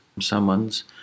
someone's